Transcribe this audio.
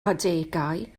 adegau